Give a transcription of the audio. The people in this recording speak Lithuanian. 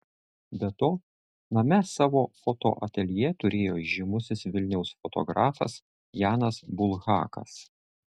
be to name savo fotoateljė turėjo žymusis vilniaus fotografas janas bulhakas